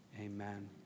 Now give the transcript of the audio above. amen